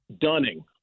Dunning